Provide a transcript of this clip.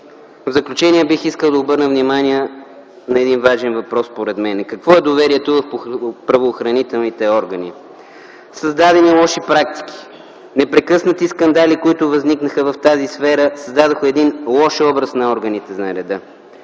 В заключение бих искал да обърна внимание на един важен въпрос, според мен: какво е доверието в правоохранителните органи? Създадените лоши практики, непрекъснатите скандали, които възникнаха в тази сфера, създадоха един лош образ на органите на реда.